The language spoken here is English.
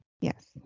Yes